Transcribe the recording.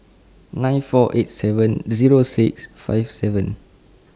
nine four eight seven Zero six five seven